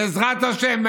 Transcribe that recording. בעזרת השם,